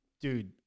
dude